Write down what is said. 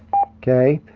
okay?